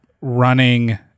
running